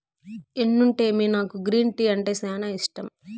ఎన్నుంటేమి నాకు green tea అంటే సానా ఇష్టం